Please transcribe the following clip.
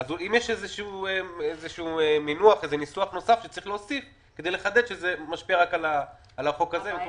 אם יש ניסוח נוסף שצריך להוסיף כדי לחדד שזה משפיע רק על החוק הזה.